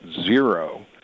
zero